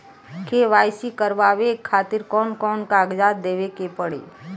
KYC करवावे खातिर कौन कौन कागजात देवे के पड़ी?